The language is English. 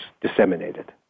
disseminated